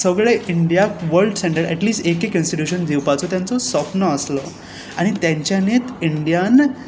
सगळें इंडियाक वल्ड स्टँडड एट लीस एक एक इंस्टिट्युशन दिवपाचो तांचो स्वोप्न आसलो आनी तांच्यानीच इंडियान